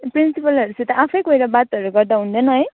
प्रिन्सिपलहरूसित आफै गएर बातहरू गर्दा हुँदैन है